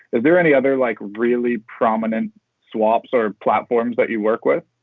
is there any other like really prominent swaps or platforms that you work with?